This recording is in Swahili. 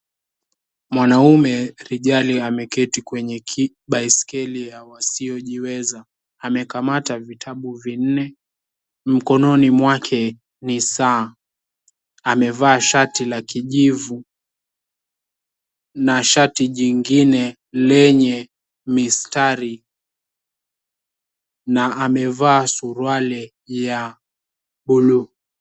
Mwanaume rijali ameketi kwenye baiskeli ya wasiojiweza. Amekamata vitabu vinne, mkononi mwake ni saa. Amevaa shati la kijivu na shati jingine lenye mistari, na amevaa suruali ya buluu.